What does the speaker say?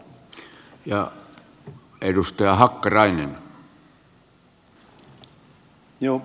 arvoisa puhemies